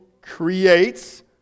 creates